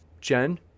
Jen